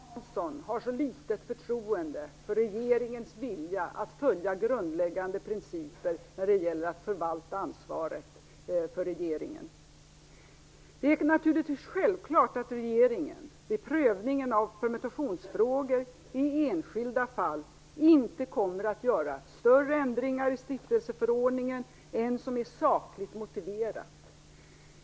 Herr talman! Det smärtar mig att Agne Hansson har så litet förtroende för regeringens vilja att följa grundläggande principer när det gäller att förvalta ansvaret för regeringen. Det är självklart att regeringen, vid prövningen av permutationsfrågor i enskilda fall, inte kommer att göra större ändringar i stiftelseförordningen än som är sakligt motiverat.